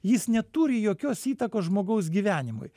jis neturi jokios įtakos žmogaus gyvenimui